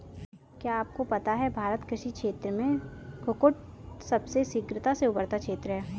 क्या आपको पता है भारत कृषि क्षेत्र में कुक्कुट सबसे शीघ्रता से उभरता क्षेत्र है?